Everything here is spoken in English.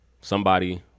Somebody-